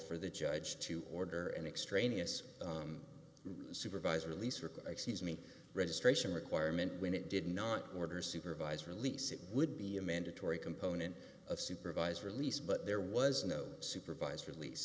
for the judge to order an extraneous supervisor release or excuse me registration requirement when it did not order supervised release it would be a mandatory component of supervised release but there was no supervised release